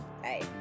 Bye